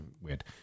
weird